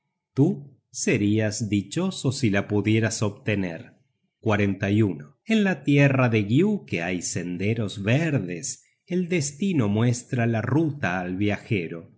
tú serias dichoso si la pudieras obtener en la tierra de giuke hay senderos verdes el destino muestra la ruta al viajero